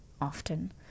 often